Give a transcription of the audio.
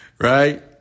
Right